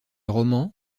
roman